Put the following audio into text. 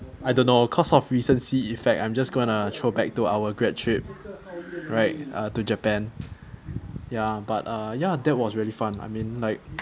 I don't know cause of recency effect I'm just gonna throw back to our grad trip right uh to japan ya but uh ya that was really fun I mean like